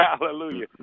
Hallelujah